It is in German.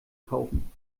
kaufen